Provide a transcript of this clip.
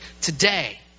today